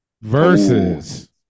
versus